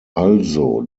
also